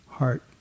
heart